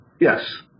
Yes